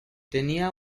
tenía